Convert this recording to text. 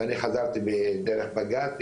ואני חזרתי דרך בג"צ,